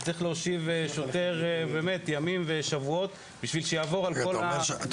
וצריך להושיב שוטר ימים ושבועות בשביל שיעבור על כל --- אתה